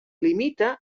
limita